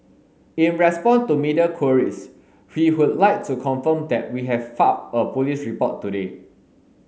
in response to media queries we would like to confirm that we have filed a police report today